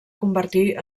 convertir